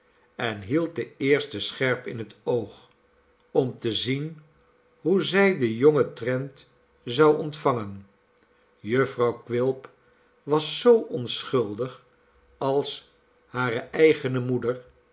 en hield de eerste scherp in het oog om te zien hoe zij den jongen trent zou ontvangen jufvrouw quilp was zoo onschuldig als hare eigene moeder